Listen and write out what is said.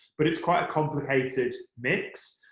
but it's quite a complicated mix.